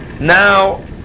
now